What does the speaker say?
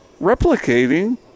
replicating